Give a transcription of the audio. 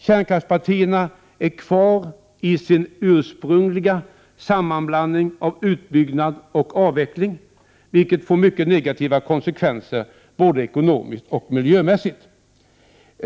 Kärnkraftspartierna är kvar i sin ursprungliga sammanblandning av utbyggnad och avveckling, vilket får mycket negativa konsekvenser både ekonomiskt och miljömässigt.